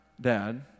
dad